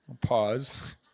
pause